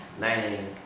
learning